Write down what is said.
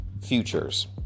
futures